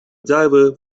diver